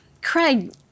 Craig